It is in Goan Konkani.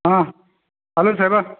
आ हॅलो सायबा